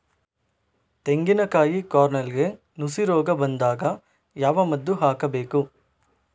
ತೆಂಗಿನ ಕಾಯಿ ಕಾರ್ನೆಲ್ಗೆ ನುಸಿ ರೋಗ ಬಂದಾಗ ಯಾವ ಮದ್ದು ಹಾಕಬೇಕು?